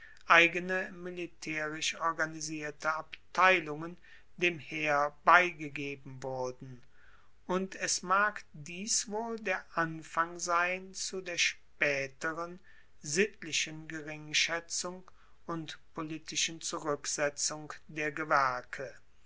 eigene militaerisch organisierte abteilungen dem heer beigegeben wurden und es mag dies wohl der anfang sein zu der spaeteren sittlichen geringschaetzung und politischen zuruecksetzung der gewerke